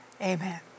Amen